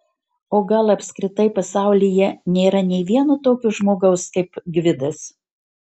o gal apskritai pasaulyje nėra nė vieno tokio žmogaus kaip gvidas